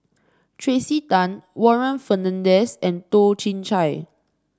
Tracey Tan Warren Fernandez and Toh Chin Chye